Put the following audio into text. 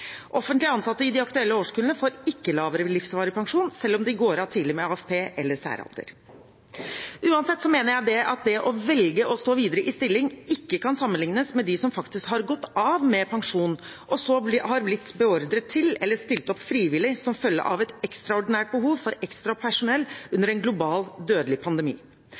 ansatte i de aktuelle årskullene får ikke lavere livsvarig pensjon selv om de går av tidlig med AFP eller ved særalder. Uansett mener jeg at de som velger å stå videre i stilling, ikke kan sammenlignes med dem som faktisk har gått av med pensjon og så har blitt beordret eller stilt opp frivillig som følge av et ekstraordinært behov for ekstra personell under en global, dødelig pandemi.